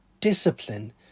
discipline